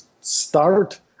start